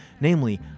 namely